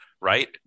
right